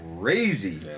crazy